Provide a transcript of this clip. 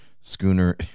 Schooner